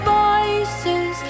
voices